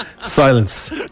Silence